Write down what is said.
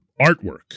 artwork